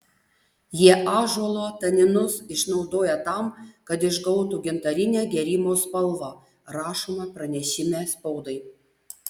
jie ąžuolo taninus išnaudoja tam kad išgautų gintarinę gėrimo spalvą rašoma pranešime spaudai